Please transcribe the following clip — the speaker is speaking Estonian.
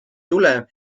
tule